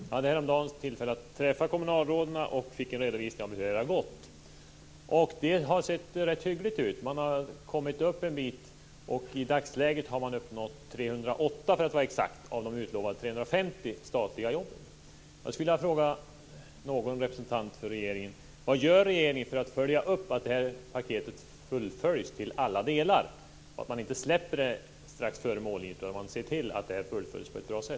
Jag hade häromdagen tillfälle att träffa kommunalråden och fick en redovisning av hur det har gått. Det ser rätt hyggligt ut, och man har kommit en bit. I dagsläget har man, för att vara exakt, uppnått 308 av de utlovade 350 statliga jobben.